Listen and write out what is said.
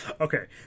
Okay